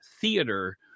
theater